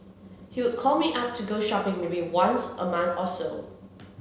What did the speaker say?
he'd call me up to go shopping maybe once a month or so